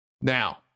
now